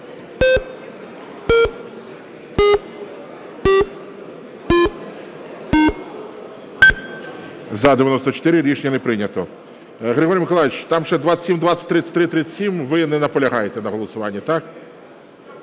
За-94 Рішення не прийнято. Григорій Миколайович, там ще 2720, 3337. Ви не наполягаєте на голосуванні, так?